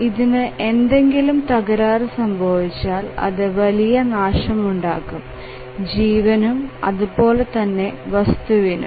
ഇതിന് എന്തെങ്കിലും തകരാർ സംഭവിച്ചാൽ അത് വലിയ നാശമുണ്ടാകും ജീവനും അതുപോലെതന്നെ വസ്തുവിനു